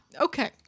okay